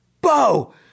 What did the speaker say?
Bo